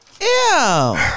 Ew